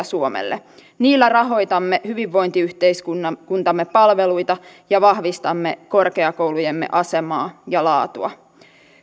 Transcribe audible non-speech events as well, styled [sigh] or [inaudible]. [unintelligible] suomelle niillä rahoitamme hyvinvointiyhteiskuntamme palveluita ja vahvistamme korkeakoulujemme asemaa ja laatua